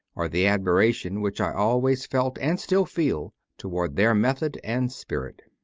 or the ad miration which i always felt, and still feel, toward their method and spirit.